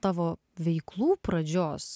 tavo veiklų pradžios